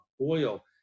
oil